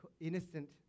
innocent